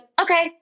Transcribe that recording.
okay